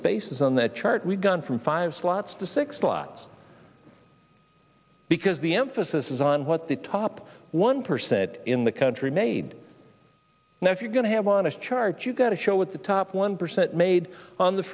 spaces on that chart we've gone from five slots to six slots because the emphasis is on what the top one percent in the country made now if you're going to have on a charge you've got to show what the top one percent made on the